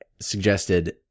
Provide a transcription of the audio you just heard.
suggested –